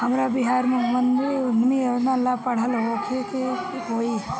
हमरा बिहार मुख्यमंत्री उद्यमी योजना ला पढ़ल होखे के होई का?